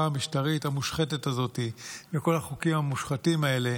המשטרית המושחתת הזאת וכל החוקים המושחתים האלה